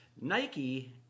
Nike